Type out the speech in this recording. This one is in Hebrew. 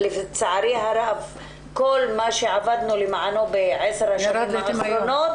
לצערי הרב כל מה שעבדנו למענו בעשר השנים האחרונות